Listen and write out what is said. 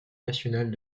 national